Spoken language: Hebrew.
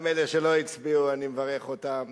גם אלה שלא הצביעו, אני מברך אותם.